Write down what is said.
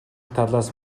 талаас